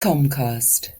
comcast